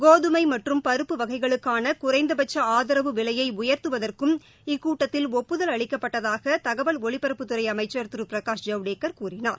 கோதுமை மற்றும் பருப்பு வகைகளுக்கான குறைந்தபட்ச ஆதரவு விலையய உயர்த்துவதற்கும் இக்கூட்டத்தில் ஒப்புதல் அளிக்கப்பட்டதாக தகவல் ஒலிபரப்பு அமைச்சர் திரு பிரகாஷ் ஜவ்டேகர் கூறினார்